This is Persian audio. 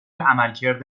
عملکرد